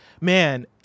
man